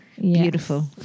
Beautiful